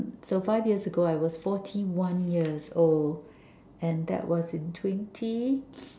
so five years ago I was forty one years old and that was in twenty